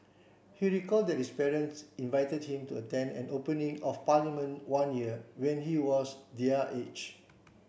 he recalled that his parents invited him to attend an opening of Parliament one year when he was their age